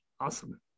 Awesome